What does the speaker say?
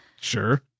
Sure